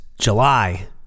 July